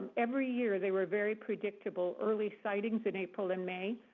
every year they were very predictable, early sightings in april and may.